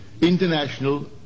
International